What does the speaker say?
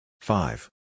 Five